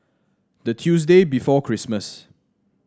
the Tuesday before Christmas